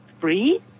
free